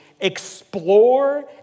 explore